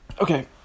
okay